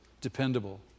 dependable